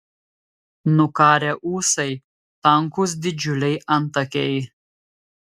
nukarę ūsai tankūs didžiuliai antakiai